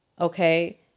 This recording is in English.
okay